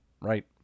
right